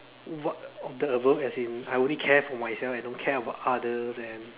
what of the above as in I only care for myself and don't care about others and